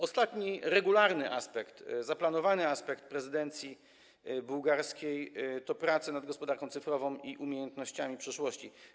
Ostatni zaplanowany aspekt prezydencji bułgarskiej to prace nad gospodarką cyfrową i umiejętnościami przyszłości.